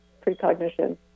precognition